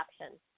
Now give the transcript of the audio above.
option